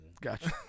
Gotcha